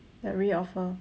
that re-offer